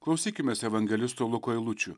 klausykimės evangelisto luko eilučių